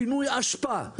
פינוי אשפה.